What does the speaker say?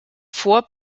vor